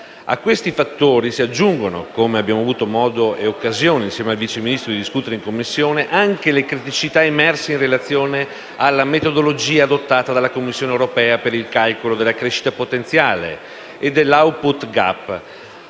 A questi fattori si aggiungono - come abbiamo avuto modo e occasione di discutere, anche insieme al Vice Ministro, in Commissione - anche le criticità emerse in relazione alla metodologia adottata dalla Commissione europea per il calcolo della crescita potenziale e dell'*output gap*